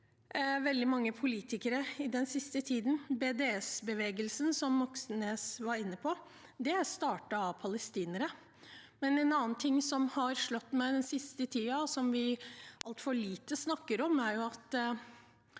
veldig mange politikere i den siste tiden. BDS-bevegelsen, som Moxnes var inne på, er startet av palestinere. En annen ting som har slått meg den siste tiden, og som vi snakker altfor lite om, er de